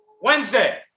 Wednesday